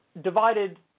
divided